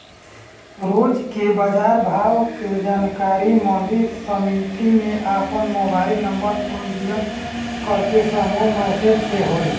रोज के बाजार भाव के जानकारी मंडी समिति में आपन मोबाइल नंबर पंजीयन करके समूह मैसेज से होई?